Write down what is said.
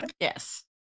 Yes